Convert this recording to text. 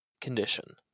condition